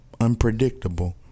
unpredictable